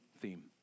theme